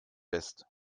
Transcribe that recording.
west